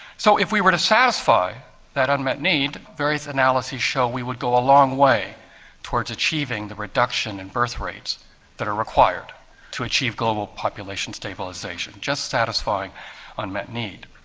so if we were to satisfy that unmet need, various analyses show we would go a long way towards achieving the reduction in birth rates that are required to achieve global population stabilisation, just satisfying unmet need.